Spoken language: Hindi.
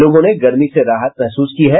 लोगों ने गर्मी से राहत महसूस की है